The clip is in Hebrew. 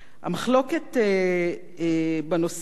המחלוקת בנושא הזה,